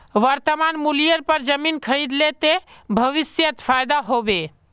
वर्तमान मूल्येर पर जमीन खरीद ले ते भविष्यत फायदा हो बे